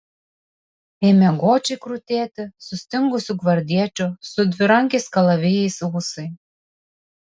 ėmė godžiai krutėti sustingusių gvardiečių su dvirankiais kalavijais ūsai